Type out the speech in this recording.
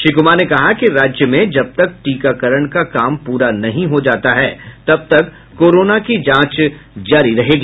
श्री कुमार ने कहा कि राज्य में जब तक टीकाकरण का काम पूरा नहीं हो जाता है तब तक कोरोना की जांच जारी रहेगी